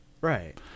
right